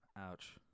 Ouch